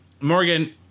Morgan